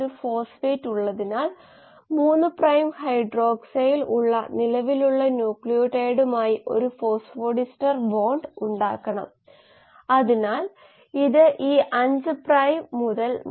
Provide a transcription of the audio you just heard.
എല്ലാ റേറ്റ് ഡെറിവേറ്റീവുകളും ഇൻട്രാസെല്ലുലാർ മെറ്റബോളിറ്റുകളുടെ സമയ ഡെറിവേറ്റീവുകളും സ്യൂഡോ സ്റ്റെഡി സ്റ്റേറ്റ് അപ്പ്രോക്സിമേഷൻ പൂജ്യമായി സജ്ജമാക്കാൻ കഴിയും